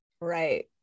Right